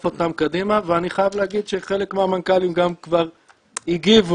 אותם קדימה ואני חייב להגיד שחלק מהמנכ"לים כבר הגיבו,